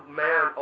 man